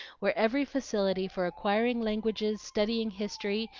where every facility for acquiring languages, studying history,